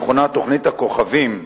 המכונה "תוכנית הכוכבים",